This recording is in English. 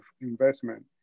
investment